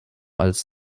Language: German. als